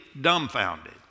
dumbfounded